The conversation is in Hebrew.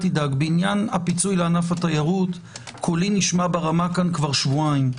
--- בעניין הפיצוי לענף התיירות קולי נשמע ברמה כאן שבועיים.